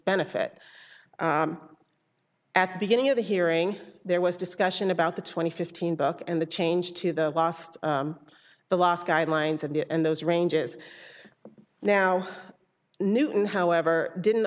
benefit at the beginning of the hearing there was discussion about the twenty fifteen book and the change to the last the last guidelines and the and those ranges now newton however didn't